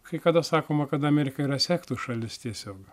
kai kada sakoma kad amerika yra sektų šalis tiesiog